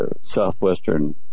southwestern